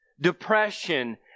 depression